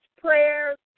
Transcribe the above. prayers